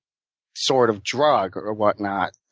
sort of drug or whatnot.